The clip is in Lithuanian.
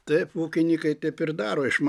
taip ūkinikai taip ir daro iš many